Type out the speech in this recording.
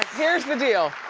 here's the deal.